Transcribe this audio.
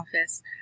office